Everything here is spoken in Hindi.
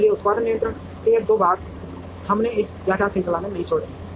इसलिए उत्पादन नियंत्रण के ये दो भाग हमने इस व्याख्यान श्रृंखला में नहीं छोड़े हैं